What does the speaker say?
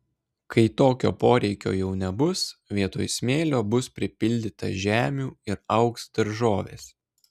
kai tokio poreikio jau nebus vietoj smėlio bus pripildyta žemių ir augs daržovės